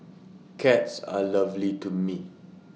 cats are lovely to me